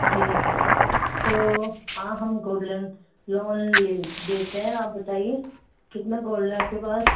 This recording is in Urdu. جی تو ہاں ہم گولڈن لون لے دیتے ہیں آپ بتائیے کتنا گولڈ ہے آپ کے پاس